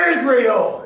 Israel